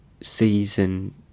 season